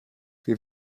wir